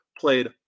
played